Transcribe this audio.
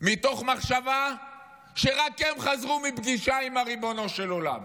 מתוך מחשבה שרק הם חזרו מפגישה עם ריבונו של עולם.